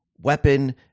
weapon